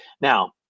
now